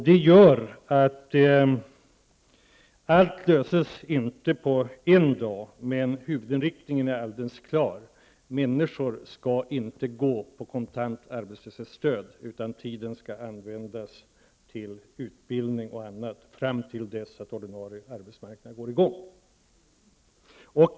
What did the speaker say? Det gör att allt inte kan lösas på en dag, men inriktningen är helt klar: Människor skall inte gå på kontant arbetslöshetsstöd, utan tiden skall användas till utbildning och annat fram tills den ordinarie arbetsmarknaden så att säga kommer i gång.